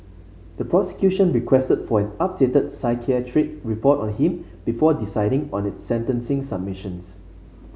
the prosecution requested for an updated psychiatric report on him before deciding on its sentencing submissions